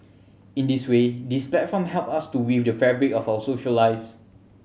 in this way these platform help us to weave the fabric of our social lives